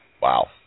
Wow